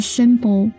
simple